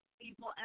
people